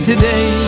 Today